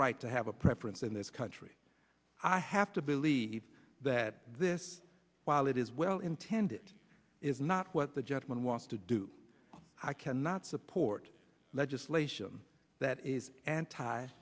right to have a preference in this country i have to believe that this while it is well intended is not what the gentleman wants to do i cannot support legislation that is anti